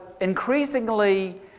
increasingly